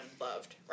loved